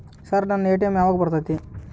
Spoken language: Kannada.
ಸರ್ ನನ್ನ ಎ.ಟಿ.ಎಂ ಯಾವಾಗ ಬರತೈತಿ?